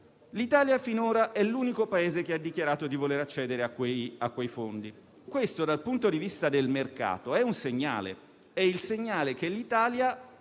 l'Italia finora è l'unico Paese che ha dichiarato di voler accedere a quei fondi. Questo, dal punto di vista del mercato, è il segnale che l'Italia